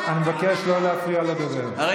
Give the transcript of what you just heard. אתה שר חינוך שלא רוצה שהילדים ילמדו מתמטיקה,